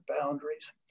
boundaries